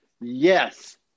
yes